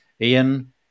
Ian